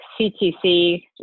CTC